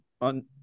on